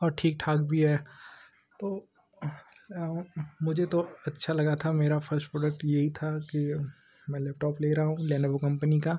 और ठीक ठाक भी है तो और मुझे तो अच्छा लगा था मेरा फ़स्ट प्रोडक्ट यही था कि मैं लेपटॉप ले रहा हूँ लेनोवो कंपनी का